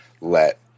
let